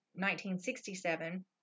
1967